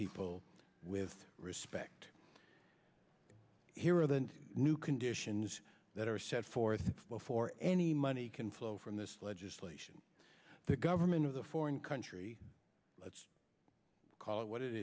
people with respect here the new conditions that are set forth before any money can flow from this legislation the government of the foreign country let's call it what it